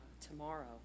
tomorrow